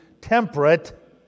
temperate